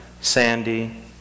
Sandy